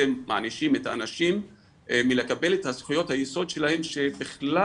אתם מענישים את מלקבל את זכויות היסוד שלהם שבכלל